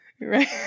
Right